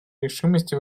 решимости